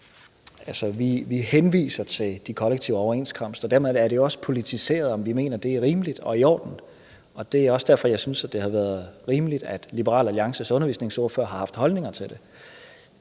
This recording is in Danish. vi henviser til de kollektive overenskomster, og dermed er det jo også politiseret, om vi mener det er rimeligt og i orden, og det er også derfor, jeg synes, det havde været rimeligt, at Liberal Alliances undervisningsordfører havde haft holdninger til det.